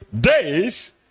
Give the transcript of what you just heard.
days